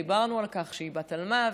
דיברנו על כך שהיא בת-אלמוות,